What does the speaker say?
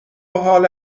حال